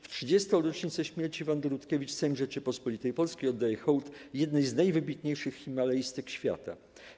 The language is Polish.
W 30. rocznicę śmierci Wandy Rutkiewicz Sejm Rzeczypospolitej Polskiej oddaje hołd jednej z najwybitniejszych himalaistek świata.